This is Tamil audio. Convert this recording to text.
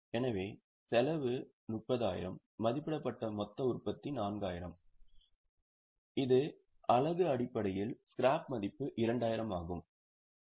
எனவே செலவு 30000 மதிப்பிடப்பட்ட மொத்த உற்பத்தி 4000 இது அலகு அடிப்படையில் ஸ்கிராப் மதிப்பு 2000 ஆகும்